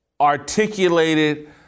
articulated